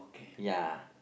ya